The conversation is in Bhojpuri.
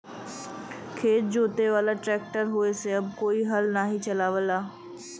खेत जोते वाला ट्रैक्टर होये से अब कोई हल नाही चलावला